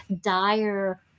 dire